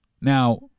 Now